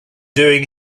doing